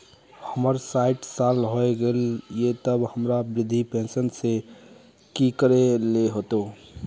हमर सायट साल होय गले ते अब हमरा वृद्धा पेंशन ले की करे ले होते?